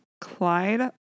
clyde